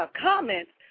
comments